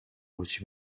reçu